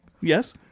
Yes